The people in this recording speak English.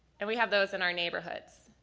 and we have those in our neighborhoods,